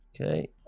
Okay